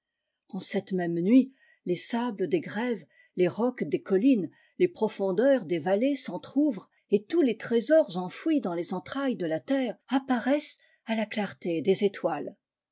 en cette même nuit les sables des grèves les rocs des collines les profondeurs des vallées s'entr'ouvrent et tous les trésors enfouis dans les entrailles de la terre apparaissent à la clarté des étoiles